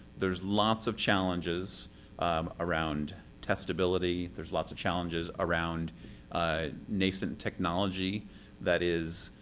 there's lots of challenges around testability. there's lots of challenges around nascent technology that is